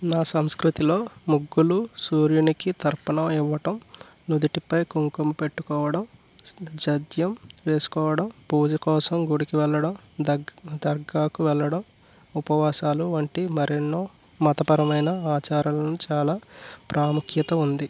నా సంస్కృతిలో ముగ్గులు సూర్యునికి దర్పణం ఇవ్వటం నుదుటిపై కుంకుమ పెట్టుకోవడం జంధ్యం వేసుకోవడం పూజ కోసం గుడికి వెళ్ళడం దర్గాకు వెళ్ళడం ఉపవాసాలు వంటి మరెన్నో మతపరమైన ఆచారాలను చాలా ప్రాముఖ్యత ఉంది